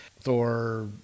Thor